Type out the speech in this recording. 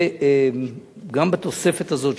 גם בתוספת הזאת,